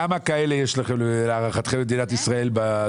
כמה כאלה יש, להערכתכם, במדינת ישראל?